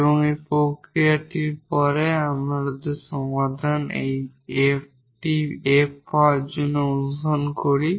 এবং প্রক্রিয়াটির পরে সমাধান আমরা এইরকম একটি f পাওয়ার জন্য অনুসরণ করি